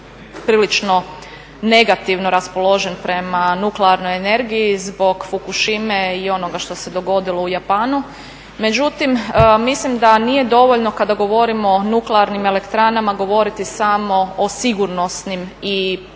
prilično negativno raspoložen prema nuklearnoj energiji zbog Fukushime i onoga što se dogodilo u Japanu. Međutim, mislim da nije dovoljno kada govorimo o nuklearnim elektranama govoriti samo o sigurnosnim i